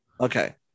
Okay